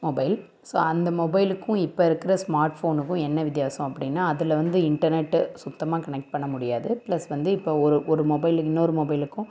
mobile so அந்த மொபைலுக்கும் இப்போ இருக்கிற ஸ்மார்ட் ஃபோனுக்கும் என்ன வித்யாசம் அப்படின்னா அதில் வந்து இன்டர்நெட்டு சுத்தமாக கனெக்ட் பண்ண முடியாது பிளஸ் வந்து இப்போ ஒரு ஒரு மொபைலு இன்னோரு மொபைலுக்கும்